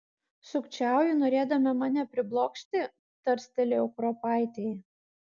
sukčiauji norėdama mane priblokšti tarstelėjau kruopaitei